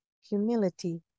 humility